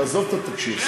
תעזוב את התקשי"ר.